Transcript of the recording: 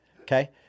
okay